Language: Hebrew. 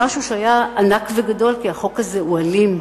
למשהו שהיה ענק וגדול, כי החוק הזה אלים.